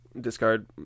discard